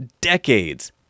decades